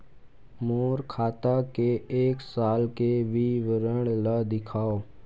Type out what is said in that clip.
मोर खाता के एक साल के विवरण ल दिखाव?